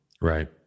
Right